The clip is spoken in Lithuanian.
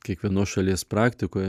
kiekvienos šalies praktikoje